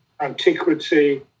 antiquity